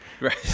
right